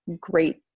great